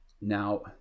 Now